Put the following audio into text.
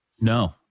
No